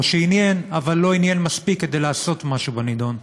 או שעניין אבל לא עניין מספיק בשביל לעשות משהו בנדון.